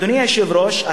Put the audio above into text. אדוני היושב-ראש,